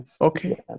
Okay